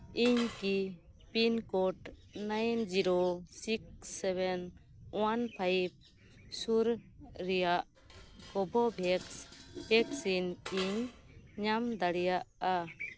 ᱤᱧ ᱠᱤ pin code nine zero six seven one five ᱥᱩᱨ ᱨᱮᱭᱟᱜ ᱠᱳᱵᱷᱳᱵᱮᱠᱥ ᱭᱮᱠᱥᱤᱱ ᱤᱧ ᱧᱟᱢ ᱫᱟᱲᱮᱭᱟᱜᱼᱟ